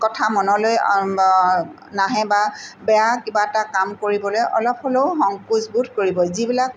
বেয়া কথা মনলৈ নাহে বা বেয়া কিবা এটা কাম কৰিবলৈ অলপ হ'লেও সংকোচবোধ কৰিব যিবিলাক